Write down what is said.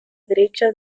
derecha